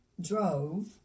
drove